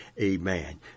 amen